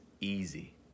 easy